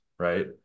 Right